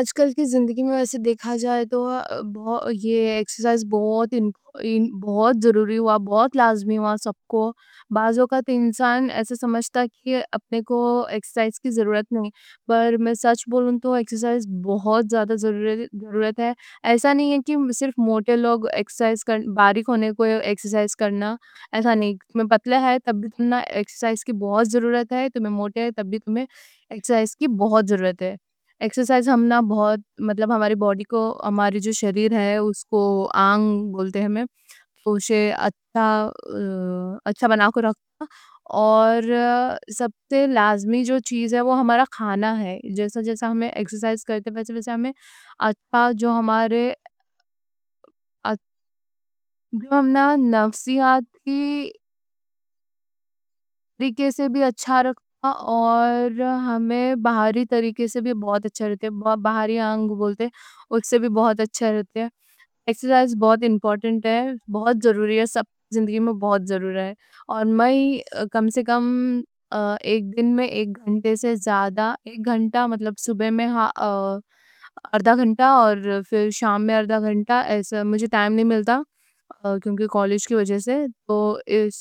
آج کل کی زندگی میں ایسے دیکھا جائے تو یہ ایکسرسائز بہت۔ ضروری ہوا، بہت لازمی ہوا، سب کو، بہت لازمی ہوا سب کو۔ اپنے کو ایکسرسائز کی ضرورت نہیں، پر میں سچ بولوں تو۔ ایکسرسائز بہت ضروری ہوا، ایسا نہیں ہے کہ صرف موٹے لوگ۔ باریک ہونے کو ایکسرسائز کرنا، ایسا نہیں، پتلے ہیں تب بھی۔ ایکسرسائز کی بہت ضرورت ہے، تمہیں موٹے ہیں تب بھی تمہیں ایکسرسائز کی بہت ضرورت ہے۔ ایکسرسائز ہمنا بہت، مطلب ہماری باڈی۔ کو، ہماری جو جسم ہے اس کو آنگ بولتے، ہم اسے اچھا اچھا۔ بنا کے رکھنا اور سب سے لازمی جو چیز ہے وہ ہمارا کھانا ہے۔ جیسے ہمیں ایکسرسائز کرتے ہیں، ویسے ویسے ہمیں اچھا جو ہمارے۔ نفسیات کے طریقے سے بھی اچھا رکھنا۔ اور ہمیں باہری طریقے۔ سے بھی بہت اچھا رکھنا، باہری آنگ بولتے ہیں، اس سے بھی بہت۔ اچھا رکھنا، ایکسرسائز بہت امپورٹنٹ ہے۔ بہت ضروری، سب کی زندگی میں سب سے ضرورت ہے۔ میں کم سے کم ایک دن میں ایک گھنٹے سے زیادہ، مطلب ایک گھنٹہ صبح میں، اور شام میں آدھا گھنٹہ؛ میں مطلب ٹائم نہیں ملتا کالج کی وجہ سے اور اس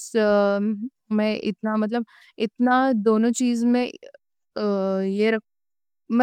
میں اتنا، مطلب اتنا دونوں چیز میں ایک۔